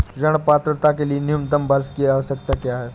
ऋण पात्रता के लिए न्यूनतम वर्ष की आवश्यकता क्या है?